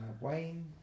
Wayne